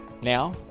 Now